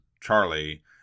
Charlie